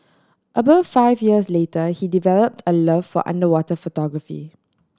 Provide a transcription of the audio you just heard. about five years later he developed a love for underwater photography